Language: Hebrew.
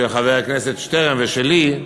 של חבר הכנסת שטרן ושלי,